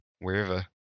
wherever